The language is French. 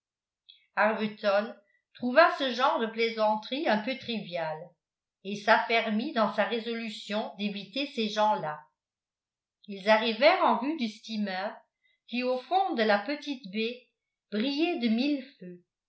arbuton trouva ce genre de plaisanterie un peu trivial et s'affermit dans sa résolution d'éviter ces gens-là ils arrivèrent en vue du steamer qui au fond de la petite baie brillait de mille feux